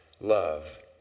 love